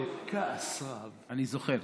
בכעס רב, אני זוכר.